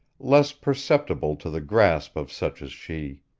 less susceptible to the grasp of such as she.